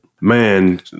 Man